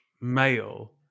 male